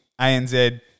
ANZ